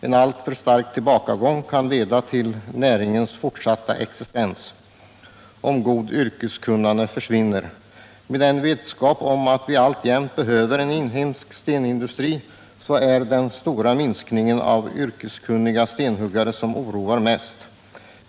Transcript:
En alltför stark tillbakagång kan hota näringens fortsatta existens, om det goda yrkeskunnandet försvinner. Med vetskap om att vi alltjämt behöver en inhemsk stenindustri är det den stora minskningen av antalet yrkeskunniga stenhuggare som oroar mest.